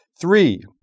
Three